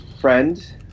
friend